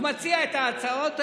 הוא מציע את ההצעות האלה,